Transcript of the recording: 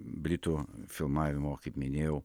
britų filmavimo kaip minėjau